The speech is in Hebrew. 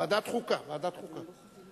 חבר הכנסת